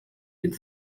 wird